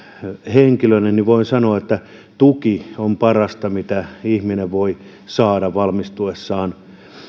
henkilönä voin sanoa että tuki on parasta mitä ihminen voi saada valmistuessaan